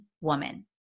woman